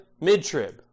Mid-trib